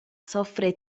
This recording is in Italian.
soffre